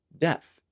Death